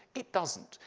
it doesn't.